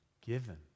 given